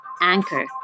Anchor